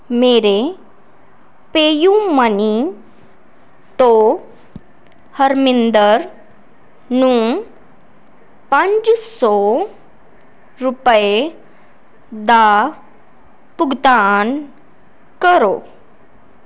ਮੇਰੇ PayUmoney ਤੋਂ ਹਰਮਿੰਦਰ ਨੂੰ ਪੰਜ ਸੌ ਰੁਪਏ ਦਾ ਭੁਗਤਾਨ ਕਰੋ